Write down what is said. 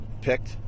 picked